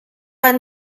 ein